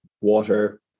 water